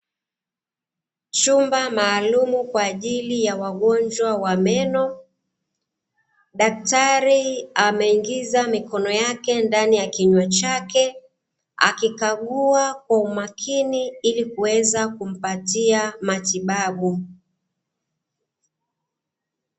Chumba maalumu kwa ajili ya wagonjwa wa meno, daktari ameingiza mikono yake ndani ya kinywa chake akikagua kwa makini ili kuweza kumpatia matibabu.